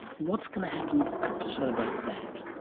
what's going to happen to celebrate that?